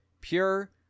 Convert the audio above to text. Pure